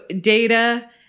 Data